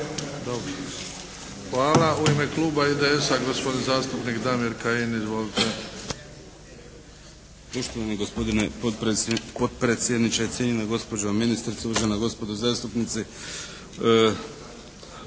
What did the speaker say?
(HDZ)** Hvala. U ime kluba IDS-a gospodin zastupnik Damir Kajin. Izvolite.